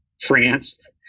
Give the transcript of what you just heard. France